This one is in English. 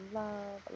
love